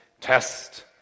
test